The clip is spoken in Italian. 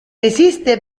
resiste